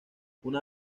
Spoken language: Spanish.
una